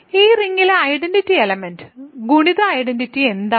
ഈ റിംഗിലെ identity element ഗുണിത ഐഡന്റിറ്റി എന്താണ്